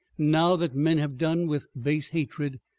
now that men have done with base hatred,